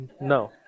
No